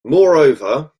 moreover